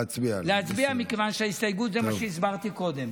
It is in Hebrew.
להצביע, מכיוון שההסתייגות זה מה שהסברתי קודם.